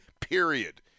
period